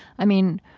i mean,